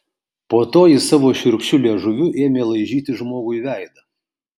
po to jis savo šiurkščiu liežuviu ėmė laižyti žmogui veidą